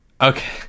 Okay